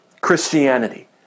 Christianity